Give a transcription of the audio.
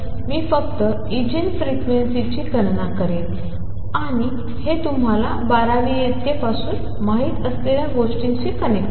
तर मी फक्त इगेन फ्रिक्वेन्सीजची गणना करेन आणि हे तुम्हाला बाराव्या इयत्तेपासून माहित असलेल्या गोष्टींशी कनेक्ट करा